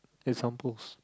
examples